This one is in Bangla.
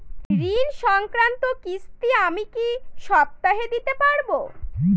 ঋণ সংক্রান্ত কিস্তি আমি কি সপ্তাহে দিতে পারবো?